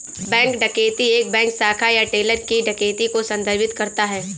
bank डकैती एक bank शाखा या टेलर की डकैती को संदर्भित करता है